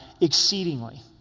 exceedingly